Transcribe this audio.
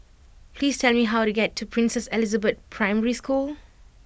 please tell me how to get to Princess Elizabeth Primary School